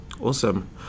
Awesome